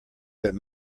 but